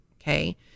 okay